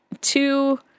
two